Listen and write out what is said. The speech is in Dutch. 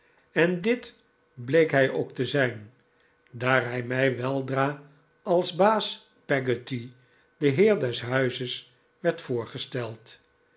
en dit bleek hij ook te zijn daar hij mij weldra als baas peggotty de heer des huizes werd voorgesteld